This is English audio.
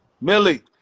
Millie